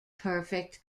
perfect